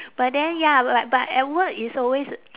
but then ya but but at work it's always